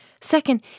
Second